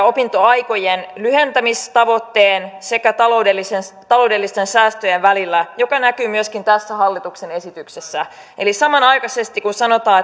opintoaikojen lyhentämistavoitteen sekä taloudellisten säästöjen välillä mikä näkyy myöskin tässä hallituksen esityksessä samanaikaisesti kun sanotaan